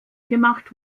gemacht